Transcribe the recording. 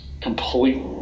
completely